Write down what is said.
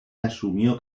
asumió